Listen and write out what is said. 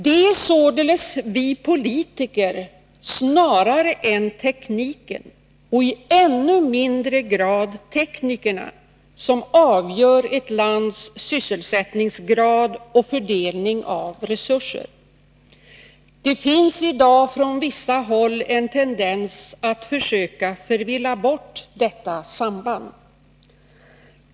Det är således vi politiker snarare än tekniken — och i ännu mindre grad teknikerna — som avgör ett lands sysselsättningsgrad och fördelning av resurser. Det finns i dag från vissa håll en tendens att försöka förvilla bort detta samband.